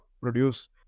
produce